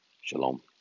Shalom